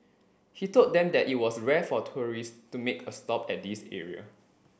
he told them that it was rare for tourists to make a stop at this area